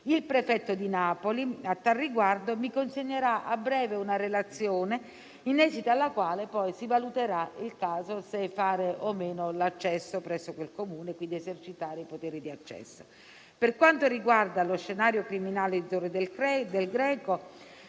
Il prefetto di Napoli a tal riguardo mi consegnerà a breve una relazione, in esito alla quale poi si valuterà il caso e se fare o meno l'accesso presso quel Comune, esercitando quindi i poteri di accesso. Per quanto riguarda lo scenario criminale di Torre del Greco,